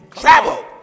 Travel